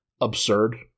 absurd